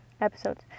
episodes